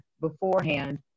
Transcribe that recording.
beforehand